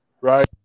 right